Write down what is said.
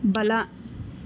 ಬಲ